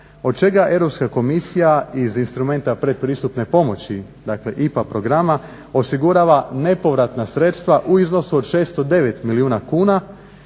od čega Europska komisija iz instrumenta pretpristupne pomoći dakle IPA programa osigurava nepovratna sredstva u iznosu od 609 milijuna kuna